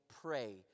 pray